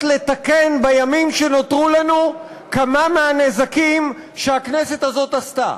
לתקן בימים שנותרו לנו כמה מהנזקים שהכנסת הזאת עשתה.